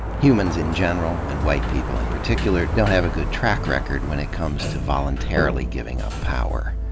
humans in general, and white people in particular, don't have a good track record when it comes to voluntarily giving up power.